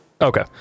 okay